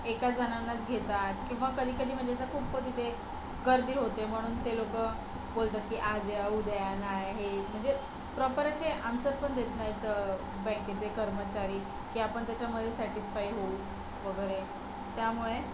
एका जणांनाच घेतात किंवा कधीकधी म्हणजे असं खूप तिथे गर्दी होते म्हणून ते लोकं बोलतात की आज या उद्या या नाही हे म्हणजे प्रॉपर असे आन्सर पण देत नाहीत बँकेचे कर्मचारी की आपण त्याच्यामध्ये सॅटिसफाय होऊ वगैरे त्यामुळे